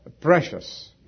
precious